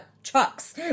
trucks